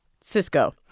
Cisco